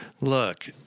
look